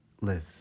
live